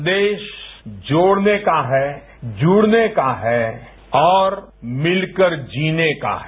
संदेश जोड़ने का है जुड़ने का है और मिलकर जीने का है